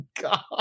God